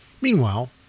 Meanwhile